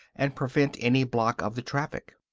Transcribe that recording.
and prevent any block of the traffic.